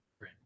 Right